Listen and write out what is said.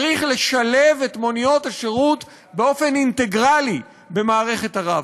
צריך לשלב את מוניות השירות באופן אינטגרלי במערכת ה"רב-קו".